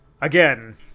again